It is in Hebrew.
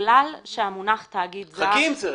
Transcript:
בגלל שהמונח תאגיד זר --- חכי עם זה רגע.